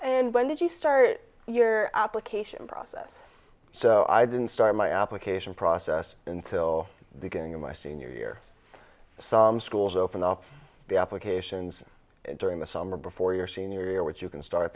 and when did you start your application process so i didn't start my application process until beginning of my senior year some schools open up the applications during the summer before your senior year which you can